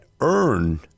earn